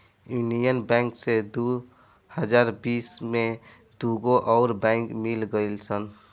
union bank से दू हज़ार बिस में दूगो अउर बैंक मिल गईल सन